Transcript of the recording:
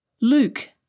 Luke